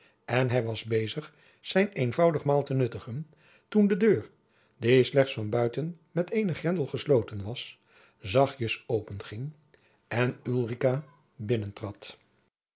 en hij was bezig zijn eenvoudig maal te nuttigen toen de deur die slechts van buiten met eenen grendel gesloten was zachtjens openging en